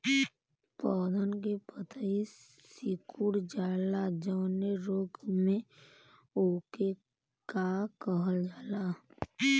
पौधन के पतयी सीकुड़ जाला जवने रोग में वोके का कहल जाला?